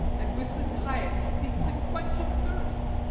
and with satiety seeks to quench his thirst.